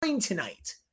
tonight